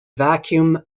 vacuum